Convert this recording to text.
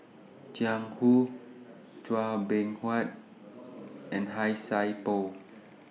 Jiang Hu Chua Beng Huat and Han Sai Por